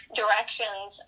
directions